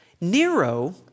Nero